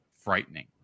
frightening